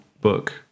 book